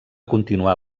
continuar